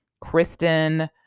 Kristen